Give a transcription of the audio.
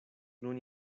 nun